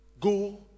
go